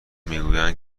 میگویند